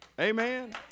Amen